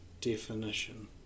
definition